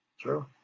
True